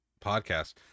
podcast